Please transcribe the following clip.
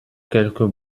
quelques